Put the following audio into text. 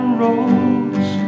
roads